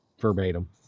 Verbatim